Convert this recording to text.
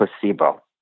placebo